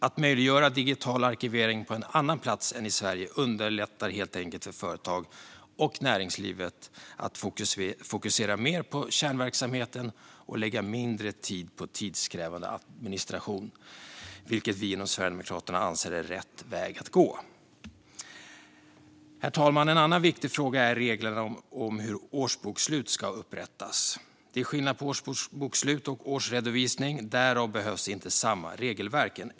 Att möjliggöra digital arkivering på en annan plats än i Sverige underlättar helt enkelt för företag och näringsliv att fokusera mer på kärnverksamheten och lägga mindre tid på tidskrävande administration, vilket vi inom Sverigedemokraterna anser är rätt väg att gå. Herr talman! En annan viktig fråga är reglerna om hur årsbokslut ska upprättas. Det är skillnad på årsbokslut och årsredovisning; därav behövs inte samma regelverk.